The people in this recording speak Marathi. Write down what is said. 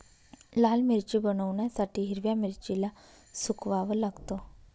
लाल मिरची बनवण्यासाठी हिरव्या मिरचीला सुकवाव लागतं